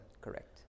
Correct